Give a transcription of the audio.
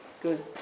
Good